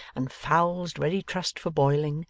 and fowls ready trussed for boiling,